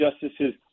justices